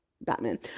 batman